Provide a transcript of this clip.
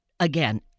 again